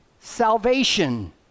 salvation